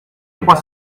trois